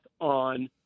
on